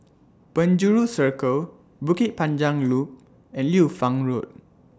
Penjuru Circle Bukit Panjang Loop and Liu Fang Road